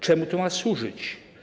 Czemu to ma służyć?